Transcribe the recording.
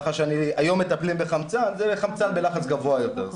היום מטפלים בחמצן, זה חמצן בלחץ גבוה יותר.